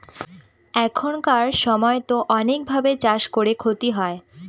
এখানকার সময়তো অনেক ভাবে চাষ করে ক্ষতি হয়